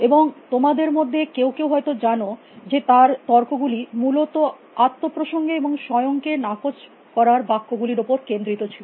এবং তোমাদের মধ্যে কেউ কেউ হয়ত জানো যে তার তর্ক গুলি মূলত আত্ম প্রসঙ্গে এবং স্বয়ং কে নাকচ করার বাক্য গুলির উপর কেন্দ্রিত ছিল